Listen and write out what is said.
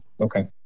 Okay